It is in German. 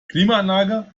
klimaanlage